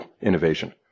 innovation